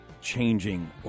changing